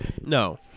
No